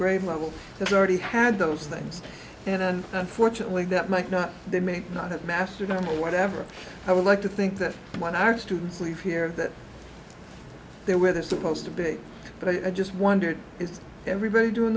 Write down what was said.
grade level already had those things unfortunately that might not they may not have mastered normal whatever i would like to think that when our students leave here that they're where they're supposed to be but i just wondered is everybody doing